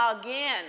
again